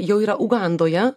jau yra ugandoje